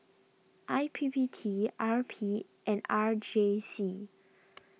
I P P T R P and R J C